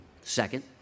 Second